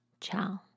ciao